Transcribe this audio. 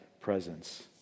presence